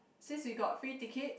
since we got free ticket